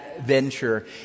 venture